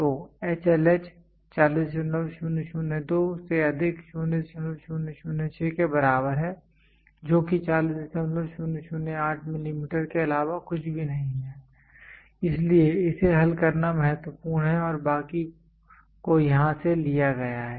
तो HLH 40002 से अधिक 0006 के बराबर है जो कि 40008 मिलीमीटर के अलावा कुछ भी नहीं है इसलिए इसे हल करना महत्वपूर्ण है और बाकी को यहां से लिया गया है